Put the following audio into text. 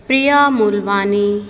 Priya Moolwani